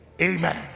amen